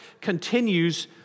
continues